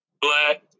black